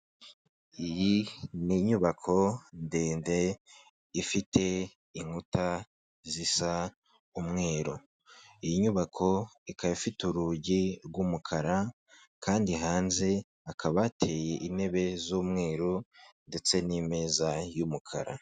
Iyi n'inyubako ndende ifite inkuta zisa umweru, iyi nyubako ikaba ifite urugi rw'umukara kandi hanze hakaba hateye intebe z'umweru ndetse n'imeza y'umukara.